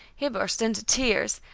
he burst into tears,